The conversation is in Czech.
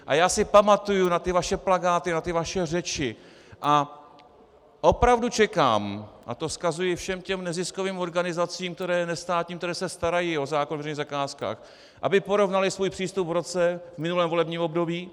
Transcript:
A já si pamatuji na ty vaše plakáty, na ty vaše řeči a opravdu čekám a to vzkazuji všem těm neziskovým organizacím nestátním, které se starají o zákon o veřejných zakázkách, aby porovnaly svůj přístup v roce, v minulém volebním období.